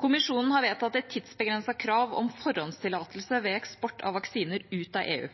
Kommisjonen har vedtatt et tidsbegrenset krav om forhåndstillatelse ved eksport av vaksiner ut av EU.